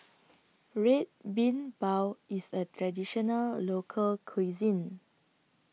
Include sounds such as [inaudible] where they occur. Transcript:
[noise] Red Bean Bao IS A Traditional Local Cuisine